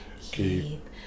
Keep